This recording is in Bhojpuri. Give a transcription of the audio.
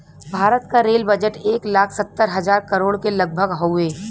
भारत क रेल बजट एक लाख सत्तर हज़ार करोड़ के लगभग हउवे